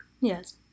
Yes